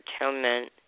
atonement